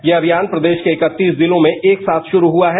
यह अभियान प्रदेश के अ जिलों में एक साथ शुरू हुआ है